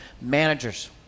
managers